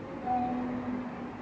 um